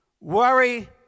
Worry